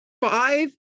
five